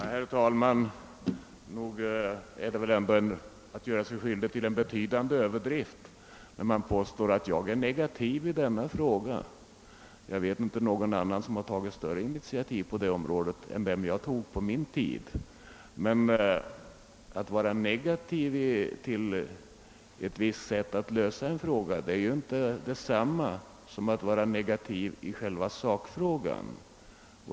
Herr talman! Nog är det väl ändå att göra sig skyldig till en betydande överdrift att påstå att jag är negativ till denna fråga. Jag vet inte någon annan som tagit större initiativ på detta område än jag tog på min tid. Att vara negativ till ett visst sätt att lösa en fråga är inte detsamma som att vara negativ till själva sakfrågan.